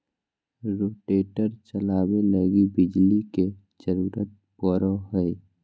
rotator चलावे लगी बिजली के जरूरत पड़ो हय